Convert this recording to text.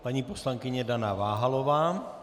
Paní poslankyně Dana Váhalová.